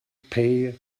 pay